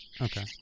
Okay